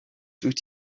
dwyt